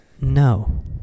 No